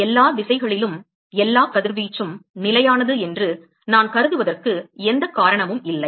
எல்லா திசைகளிலும் எல்லா கதிர்வீச்சும் நிலையானது என்று நான் கருதுவதற்கு எந்த காரணமும் இல்லை